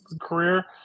career